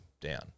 down